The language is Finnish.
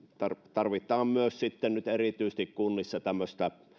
tarvitaan myös nyt erityisesti kunnissa tämmöistä